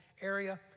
area